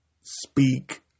speak